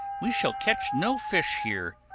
we shall catch no fish here,